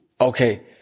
Okay